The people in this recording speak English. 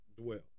Dwell